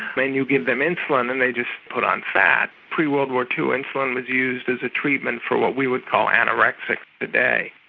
then you give them insulin and they just put on fat. pre-world war ii insulin was used as a treatment for what we would call anorexia today.